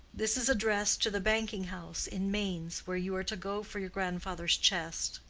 this is addressed to the banking-house in mainz, where you are to go for your grandfather's chest.